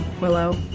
willow